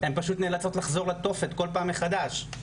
הן פשוט נאלצות לחזור לתופת כל פעם מחדש.